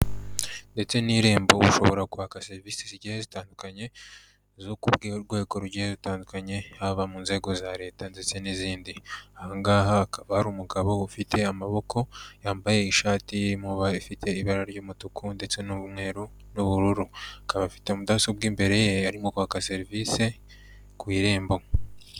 Ndetse n'Irembo ushobora kwaka serivisi zigiye zitandukanye zo ku rwego rugiye rutandukanye, haba mu nzego za leta ndetse n'izindi. Aha ngaha hakaba hari umugabo ufite amaboko yambaye ishati ifite ibara ry'umutuku ndetse n'umweru n'ubururu. Akaba afite mudasobwa imbere ye arimo kwaka serivisi ku Irembo.